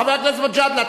חבר הכנסת מג'אדלה,